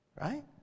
Right